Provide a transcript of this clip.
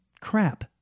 crap